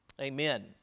Amen